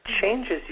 Changes